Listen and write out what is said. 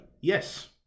Yes